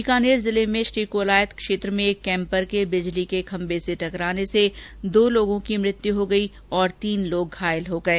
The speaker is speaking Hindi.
बीकानेर जिले में श्रीकोलायत क्षेत्र में एक कैंपर के बिजली के खंभे से टकराने से दो लोगों की मौत हो गई जबकि तीन अन्य घायल हो गये